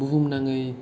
बुहुम नाङै